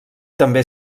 també